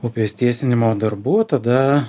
upės tiesinimo darbų tada